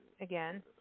again